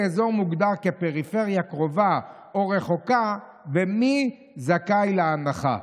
אזור מוגדר כפריפריה קרובה או רחוקה ומי זכאי להנחה.